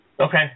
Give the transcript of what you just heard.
Okay